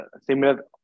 similar